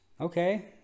Okay